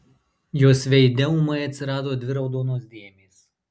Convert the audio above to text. jos veide ūmai atsirado dvi raudonos dėmės